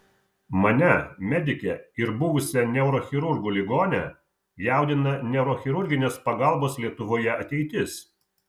mane medikę ir buvusią neurochirurgų ligonę jaudina neurochirurginės pagalbos lietuvoje ateitis